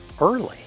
early